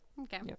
Okay